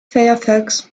firefox